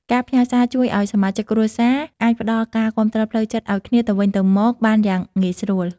ការផ្ញើរសារជួយឱ្យសមាជិកគ្រួសារអាចផ្ដល់ការគាំទ្រផ្លូវចិត្តឱ្យគ្នាទៅវិញទៅមកបានយ៉ាងងាយស្រួល។